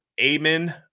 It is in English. amen